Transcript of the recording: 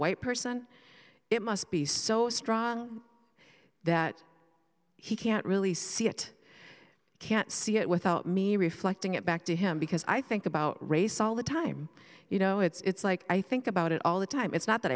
white person it must be so strong that he can't really see it can't see it without me reflecting it back to him because i think about race all the time you know it's like i think about it all the time it's not that